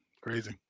crazy